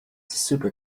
super